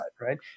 right